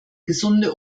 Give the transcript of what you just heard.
gesunde